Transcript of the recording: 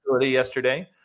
yesterday